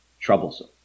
troublesome